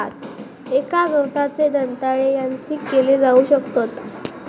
एका गवताचे दंताळे यांत्रिक केले जाऊ शकतत